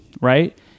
right